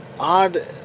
Odd